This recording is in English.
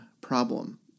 problem